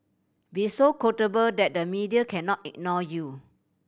be so quotable that the media cannot ignore you